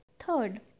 Third